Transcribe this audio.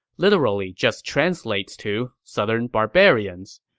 literally just translates to southern barbarians,